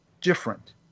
different